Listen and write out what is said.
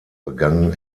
begann